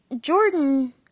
Jordan